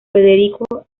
federico